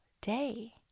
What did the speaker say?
day